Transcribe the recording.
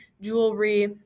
jewelry